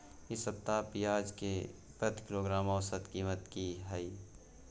इ सप्ताह पियाज के प्रति किलोग्राम औसत कीमत की हय?